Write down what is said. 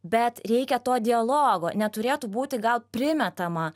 bet reikia to dialogo neturėtų būti gal primetama